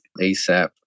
ASAP